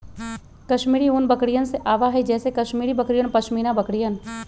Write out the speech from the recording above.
कश्मीरी ऊन बकरियन से आवा हई जैसे कश्मीरी बकरियन और पश्मीना बकरियन